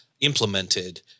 implemented